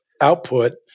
output